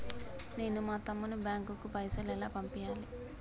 నేను మా తమ్ముని బ్యాంకుకు పైసలు ఎలా పంపియ్యాలి?